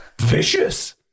Vicious